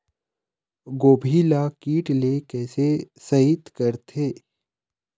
गोभी ल कीट ले कैसे सइत करथे?